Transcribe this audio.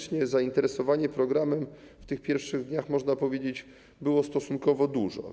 Zainteresowanie programem w pierwszych dniach, można powiedzieć, było stosunkowo duże.